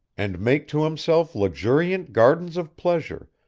and make to himself luxuriant gardens of pleasure,